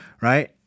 right